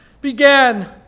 began